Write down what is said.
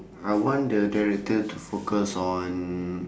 I want the director to focus on